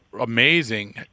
amazing